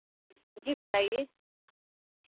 जी बताइए